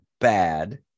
bad